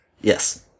Yes